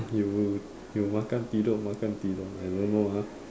you you makan tidur makan tidur I don't know ah